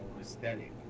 aesthetic